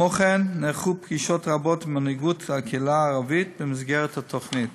כמו כן נערכו פגישות רבות עם מנהיגות הקהילה הערבית במסגרת התוכנית.